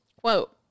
Quote